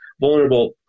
vulnerable